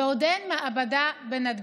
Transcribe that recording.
אנחנו בנובמבר ועוד אין מעבדה בנתב"ג.